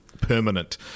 permanent